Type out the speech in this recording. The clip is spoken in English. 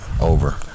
over